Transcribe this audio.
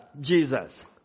Jesus